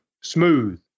smooth